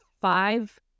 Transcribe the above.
five